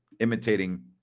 Imitating